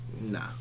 Nah